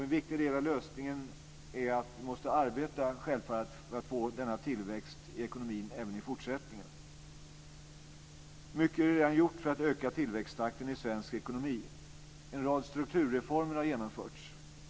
En viktig del av lösningen är självfallet att vi måste arbeta för att få tillväxt i ekonomin även i fortsättningen. Mycket är redan gjort för att öka tillväxttakten i svensk ekonomi. En rad strukturreformer har genomförts.